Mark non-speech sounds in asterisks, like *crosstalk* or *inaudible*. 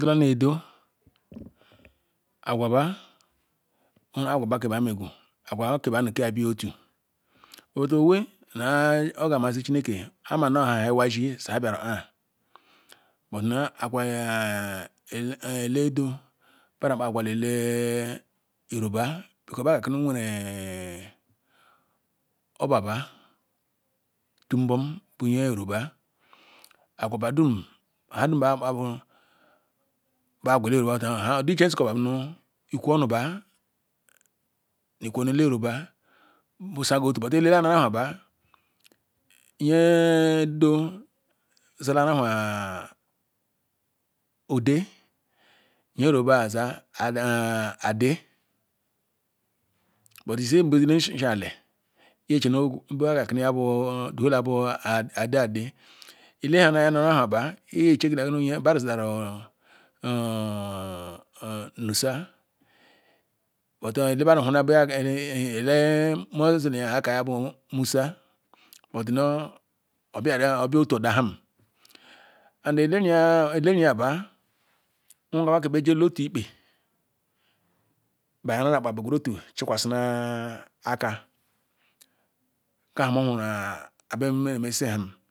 Idula ne Edo agwa bah owere agwabah keba megu agnuba ni agwa ke ideh bula-otu odoweh ogamasi chineke ayi mah nu-iwai shi ayi biara-ah but ni agwa *hesitation* ele edu *hesitation* yoruba because bah na karni nwore bsh oba bah otu nbom yoruba badum nbadum bakpapu bah gweru odiche nzikoeh bh iku-onu-bah ni ikwu-onu ele yoruba busaga otu but ahaba nye ede zila ahua ude nye-yoruba nsh aza-ah Ade but tyishile nti-Ali nyah bu ade ade diehana nu ahaba ichehidah *hesitation* vusa but mozunu nhaka yabu musa but nu oba otu-oda ham but eleriya be gweru otu ehikwasi na akah kah nmeohuru abe mesiham